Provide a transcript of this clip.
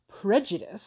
prejudice